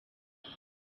cane